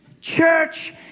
Church